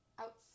out